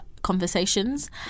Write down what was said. conversations